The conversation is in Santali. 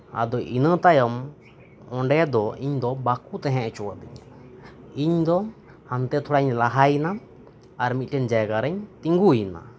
ᱟᱫᱚ ᱤᱱᱟᱹ ᱛᱟᱭᱚᱢ ᱚᱸᱰᱮ ᱫᱚ ᱤᱧ ᱫᱚ ᱵᱟᱠᱩ ᱛᱟᱦᱮᱸ ᱚᱪᱩᱣᱟᱫᱤᱧᱟ ᱤᱧ ᱫᱚ ᱦᱟᱱᱛᱮ ᱛᱷᱚᱲᱟᱧ ᱞᱟᱦᱟᱭᱮᱱᱟ ᱟᱨ ᱢᱤᱫᱴᱮᱱ ᱡᱟᱭᱜᱟ ᱨᱤᱧ ᱛᱤᱸᱜᱩᱭᱮᱱᱟ